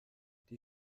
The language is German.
die